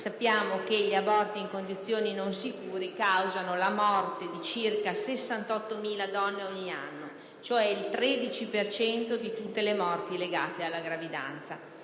anni; gli aborti in condizioni non sicure causano la morte di circa 68.000 donne ogni anno, cioè il 13 per cento di tutte le morti legate alla gravidanza.